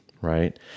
Right